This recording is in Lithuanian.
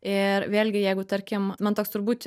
ir vėlgi jeigu tarkim man toks turbūt